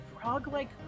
frog-like